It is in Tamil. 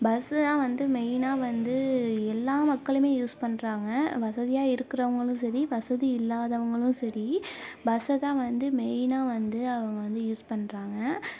பஸ்ஸுலாம் வந்து மெயினாக வந்து எல்லா மக்களுமே யூஸ் பண்ணுறாங்க வசதியாக இருக்கிறவங்களும் சரி வசதி இல்லாதவங்களும் சரி பஸ்ஸதான் வந்து மெயினாக வந்து அவங்க வந்து யூஸ் பண்ணுறாங்க